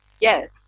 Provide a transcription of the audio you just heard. Yes